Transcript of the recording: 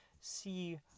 see